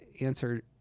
answer